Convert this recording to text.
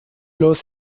los